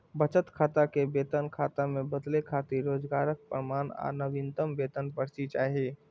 बचत खाता कें वेतन खाता मे बदलै खातिर रोजगारक प्रमाण आ नवीनतम वेतन पर्ची चाही